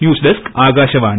news desk Akashvani